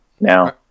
now